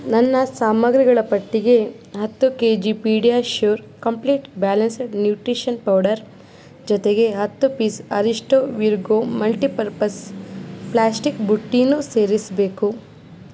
ನನ್ನ ಸಾಮಗ್ರಿಗಳ ಪಟ್ಟಿಗೆ ಹತ್ತು K G PediaSure complete balanced nutrition powder ಜೊತೆಗೆ ಹತ್ತು piece Aristo Virgo multipurpose plastic ಬುಟ್ಟಿನೂ ಸೇರಿಸಬೇಕು